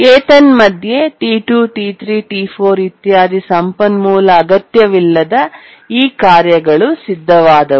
ಏತನ್ಮಧ್ಯೆ T2 T3 T4 ಇತ್ಯಾದಿ ಸಂಪನ್ಮೂಲ ಅಗತ್ಯವಿಲ್ಲದ ಈ ಕಾರ್ಯಗಳು ಸಿದ್ಧವಾದವು